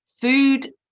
Food